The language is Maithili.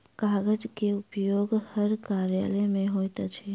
कागजक उपयोग हर कार्यालय मे होइत अछि